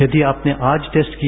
यदि आपने आज टेस्ट किया